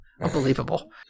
Unbelievable